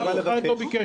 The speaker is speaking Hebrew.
אף אחד לא ביקש דחייה.